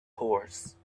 horse